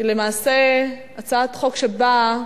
היא למעשה הצעת חוק שבאה